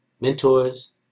mentors